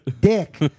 dick